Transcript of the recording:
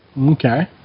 Okay